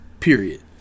Period